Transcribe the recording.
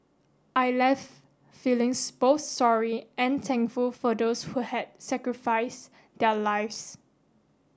I left feelings both sorry and thankful for those who had sacrifice their lives